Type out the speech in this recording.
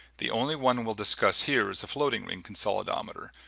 the only one we'll discuss here is the floating ring consolidometer,